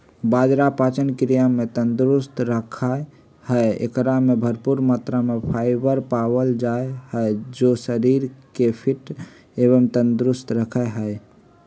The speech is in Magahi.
बाजरा पाचन क्रिया के तंदुरुस्त रखा हई, एकरा में भरपूर मात्रा में फाइबर पावल जा हई जो शरीर के फिट एवं तंदुरुस्त रखा हई